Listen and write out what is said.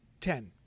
Ten